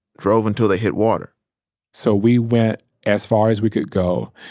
drove until they hit water so we went as far as we could go.